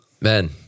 Man